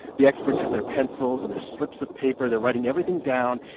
the experts have their pencils and their slips of paper. they're writing everything down.